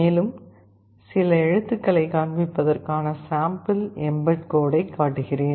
மேலும் சில எழுத்துக்களைக் காண்பிப்பதற்கான சாம்பிள் mbed கோடைக் காட்டுகிறேன்